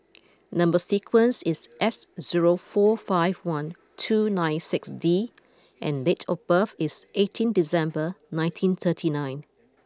number sequence is S zero four five one two nine six D and date of birth is eighteen December nineteen thirty nine